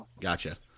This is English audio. Gotcha